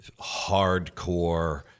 hardcore